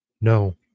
No